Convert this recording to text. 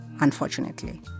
unfortunately